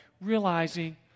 realizing